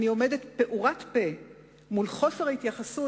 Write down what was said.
אני עומדת פעורת פה מול חוסר ההתייחסות